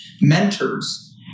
Mentors